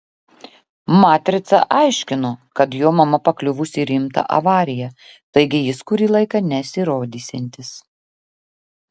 matrica aiškino kad jo mama pakliuvusi į rimtą avariją taigi jis kurį laiką nesirodysiantis